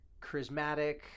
charismatic